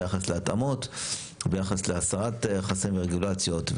ביחס להתאמות וביחס להסרת חסמי רגולציות.